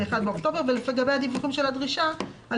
מ-1 באוקטובר 2021. לגבי דיווחים כאמור בסעיף 355(א1)(1א)(ב) לחוק